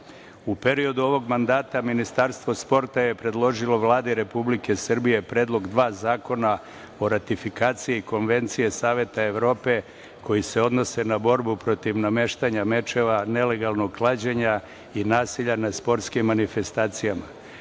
periodu ovog mandata Ministarstvo sporta je predložilo Vladi Republike Srbije predlog dva zakona o ratifikaciji Konvencije Saveta Evrope koji se odnose na borbu protiv nameštanja mečeva, nelegalnog klađenja i nasilja nad sportskim manifestacijama.